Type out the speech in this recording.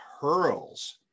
hurls